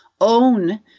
own